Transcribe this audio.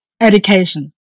education